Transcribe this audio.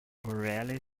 borealis